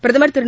பிரதமர் திரு